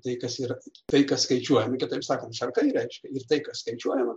tai kas yra tai kas skaičiuojama kitaip sakant šarkai reiškia ir tai kas skaičiuojama